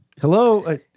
Hello